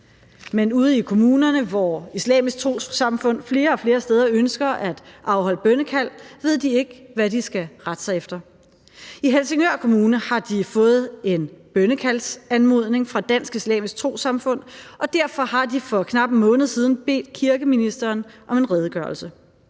Men ude i kommunerne, hvor Dansk Islamisk Trossamfund flere og flere steder ønsker at afholde bønnekald, ved de ikke, hvad de skal rette sig efter. I Helsingør Kommune har de fået en bønnekaldsanmodning fra Dansk Islamisk Trossamfund, og derfor har de for knap en måned siden bedt kirkeministeren om en redegørelse.